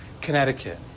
Connecticut